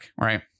right